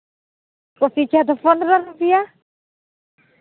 coffee ᱪᱟ ᱫᱚ ᱯᱚᱱᱨᱚ ᱨᱩᱯᱤᱭᱟ